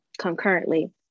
concurrently